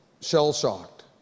shell-shocked